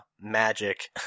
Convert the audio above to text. magic